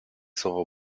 słowo